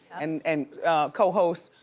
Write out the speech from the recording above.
and and cohost,